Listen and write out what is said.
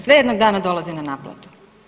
Sve jednog dana dolazi na naplatu.